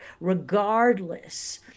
regardless